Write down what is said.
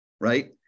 Right